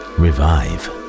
revive